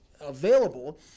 available